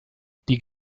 die